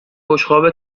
بشقاب